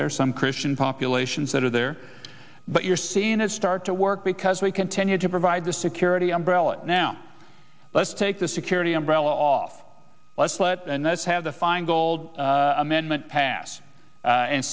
there some christian populations that are there but you're seeing it start to work because we continue to provide the security umbrella now let's take the security umbrella off let's let and that's have the feingold amendment passed and